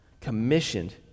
commissioned